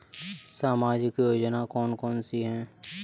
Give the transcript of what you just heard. सामाजिक योजना कौन कौन सी हैं?